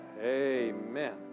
amen